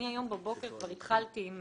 אני היום בבוקר כבר התחלתי עם